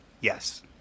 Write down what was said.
Yes